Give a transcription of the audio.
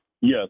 Yes